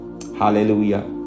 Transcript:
Hallelujah